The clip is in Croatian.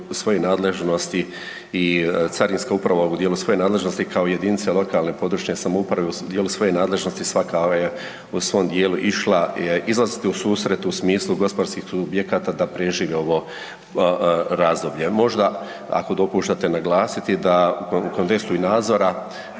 svoje nadležnosti i Carinska uprava u dijelu svoje nadležnosti kao jedinice lokalne i područne samouprave u dijelu svoje nadležnosti, svaka je u svom dijelu išla izlaziti u susret u smislu gospodarskih subjekata da prežive ovo razdoblje. Možda ako dopuštate naglasiti da u kontekstu i nadzora